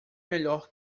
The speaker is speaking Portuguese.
melhor